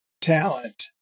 talent